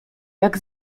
jak